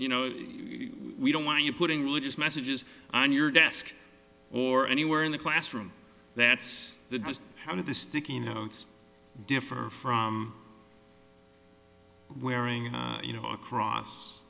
you know we don't want you putting religious messages on your desk or anywhere in the classroom that's how the sticky notes differ from wearing you know across